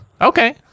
okay